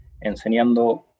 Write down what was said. enseñando